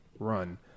Run